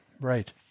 right